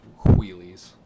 wheelies